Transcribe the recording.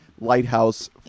lighthouse